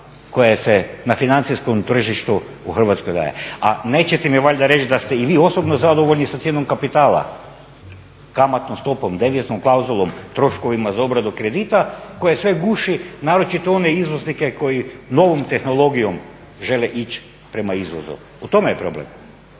koja se na financijskom tržištu u Hrvatskoj daje. A nećete mi valjda reći da ste i vi osobno zadovoljni sa cijenom kapitala, kamatnom stopom, deviznom klauzulom, troškovima za obradu kredita koje sve guši, naročito one izvoznike koji novom tehnologijom žele ići prema izvozu. U tome je problem.